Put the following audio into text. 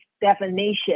definition